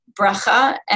bracha